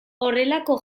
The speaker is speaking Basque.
horrelako